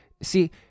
see